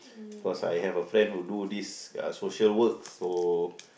cause I have a friend who do this uh social work so